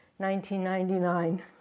1999